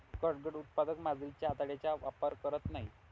catgut उत्पादक मांजरीच्या आतड्यांचा वापर करत नाहीत